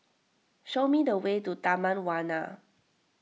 show me the way to Taman Warna